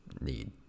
need